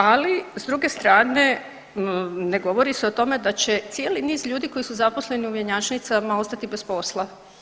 Ali s druge strane ne govori se o tome da će cijeli niz ljudi koji su zaposleni u mjenjačnicama ostati bez posla.